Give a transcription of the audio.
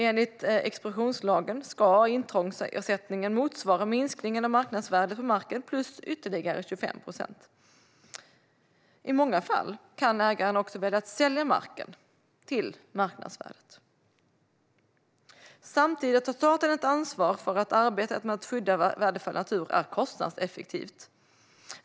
Enligt expropriationslagen ska intrångsersättningen motsvara minskningen av marknadsvärdet på marken plus ytterligare 25 procent. I många fall kan ägaren också välja att sälja marken till marknadsvärdet. Samtidigt har staten ett ansvar för att arbetet med att skydda värdefull natur är kostnadseffektivt.